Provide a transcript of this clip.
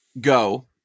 go